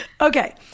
Okay